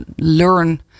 learn